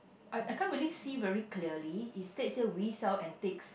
I I can't really see very clearly it state here we sell antiques